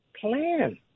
plan